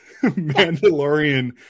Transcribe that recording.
Mandalorian